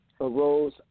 arose